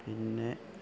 പിന്നെ